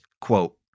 quote